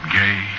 gay